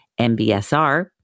MBSR